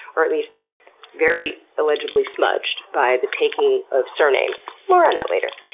or at least very illegibly smudged, by the taking of surnames. more on that later.